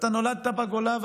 ואתה נולדת בגולה,